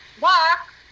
walk